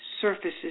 surfaces